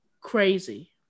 crazy